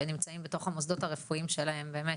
שנמצאים בתוך המוסדות הרפואיים שלהם - אני